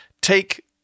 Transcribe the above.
Take